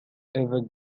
ever